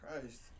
Christ